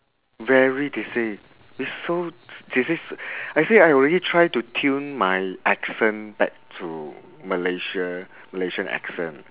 very they say is so they say I say I already try to tune my accent back to malaysia malaysian accent